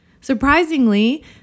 surprisingly